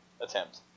attempt